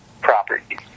properties